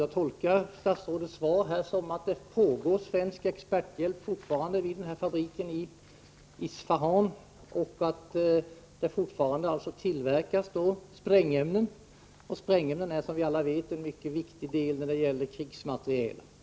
Jag tolkar statsrådets svar här så att det fortfarande finns 14 november 1985 svensk expertis vid fabriken i Isfahan och att det alltså fortfarande tillverkas sprängämnen där. Sprängämnen är som vi alla vet en mycket viktig del i krigsmateriel.